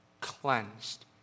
cleansed